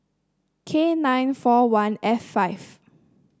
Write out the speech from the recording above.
K nine four one F five